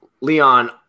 Leon